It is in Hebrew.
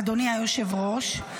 אדוני היושב-ראש.